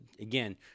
Again